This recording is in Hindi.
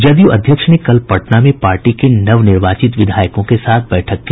जदयू अध्यक्ष ने कल पटना में पार्टी के नवनिर्वाचित विधायकों के साथ बैठक की